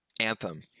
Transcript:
Anthem